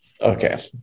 okay